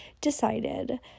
decided